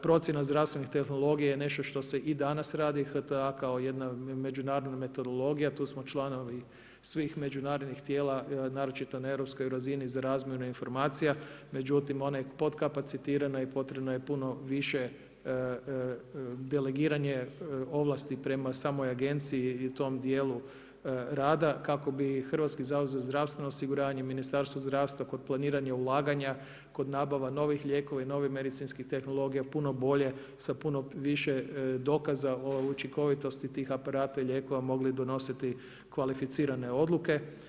Procjena zdravstvenih tehnologija je nešto što se i danas radi HTA kao jedna od međunarodnih metodologija, tu smo članovi svih međunarodnih tijela naročito na europskoj razini za razmjenu informacija, međutim ona je podkapacitirana i potrebno je puno više delegiranje ovlasti prema samoj agenciji i tom dijelu rada kako bi Hrvatski zavod za zdravstveno osiguranje i Ministarstvo zdravstva kod planiranja ulaganja, kod nabava novih lijekova i novih medicinskih tehnologija puno bolje sa puno više dokaza učinkovitosti tih aparata i lijekova mogli donositi kvalificirane odluke.